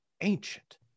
ancient